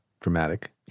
dramatic